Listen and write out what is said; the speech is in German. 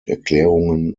erklärungen